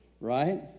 Right